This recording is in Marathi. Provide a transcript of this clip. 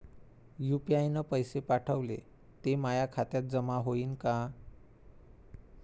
यू.पी.आय न पैसे पाठवले, ते माया खात्यात जमा होईन का?